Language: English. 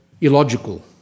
illogical